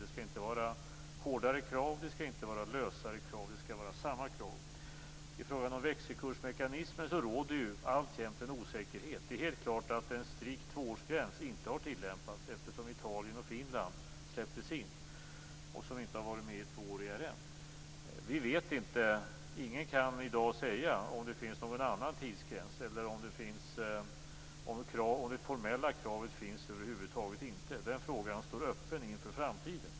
Det skall inte vara hårdare krav eller lösare krav, utan det skall vara samma krav. I fråga om växelkursmekanismen råder alltjämt en osäkerhet. Det är helt klart att en strikt tvåårsgräns inte har tillämpats, eftersom Italien och Finland släpptes in, vilka inte har varit med i ERM i två år. Ingen kan i dag säga om det finns någon annan tidsgräns eller om det formella kravet finns över huvud taget. Den frågan står öppen inför framtiden.